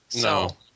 No